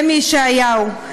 זה מישעיהו.